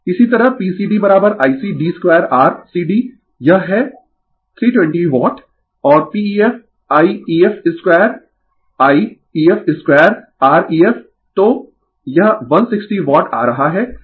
Refer slide Time 1511 इसी तरह pcdICd2R cd यह है 320 वाट और PefI ef2I ef2R ef तो यह 160 वाट आ रहा है